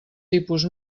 tipus